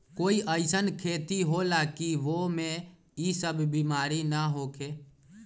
कोई अईसन खेती होला की वो में ई सब बीमारी न होखे?